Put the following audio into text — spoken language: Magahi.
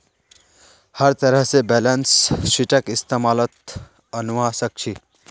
हर तरह से बैलेंस शीटक इस्तेमालत अनवा सक छी